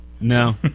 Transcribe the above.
No